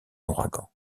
ouragan